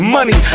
Money